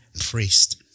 priest